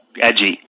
edgy